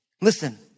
listen